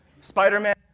Spider-Man